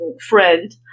friend